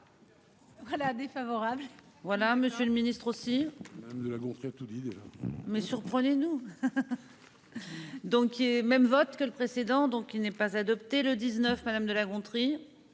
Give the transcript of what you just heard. Voilà défavorable. Voilà monsieur le ministre aussi de la tout. Mais surprenez-nous. Donc il est. Même vote que le précédent, donc il n'est pas adopté le 19. Madame de La Gontrie.